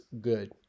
good